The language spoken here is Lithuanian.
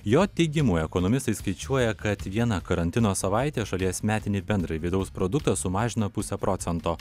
jo teigimu ekonomistai skaičiuoja kad viena karantino savaitė šalies metinį bendrąjį vidaus produktą sumažino puse procento